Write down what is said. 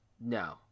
No